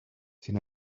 sin